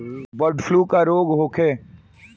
Bird flu का रोग होखे?